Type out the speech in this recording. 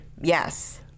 Yes